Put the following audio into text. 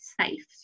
safe